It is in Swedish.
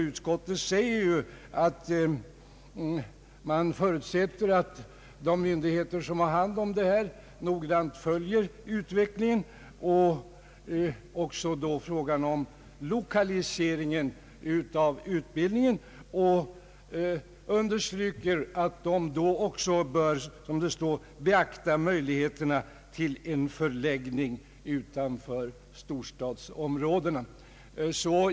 Utskottet anför, att det förutsätter att berörda myndigheter noggrant följer utvecklingen och också frågan om lokaliseringen av utbildningen samt understryker att de därvid även beaktar möjligheterna till en förläggning utanför storstadsområdena.